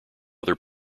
other